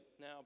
Now